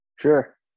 Sure